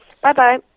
Bye-bye